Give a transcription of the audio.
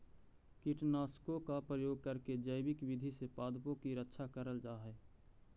कीटनाशकों का प्रयोग करके जैविक विधि से पादपों की रक्षा करल जा हई